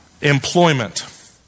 Employment